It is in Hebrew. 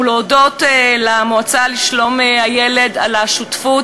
ולהודות למועצה לשלום הילד על השותפות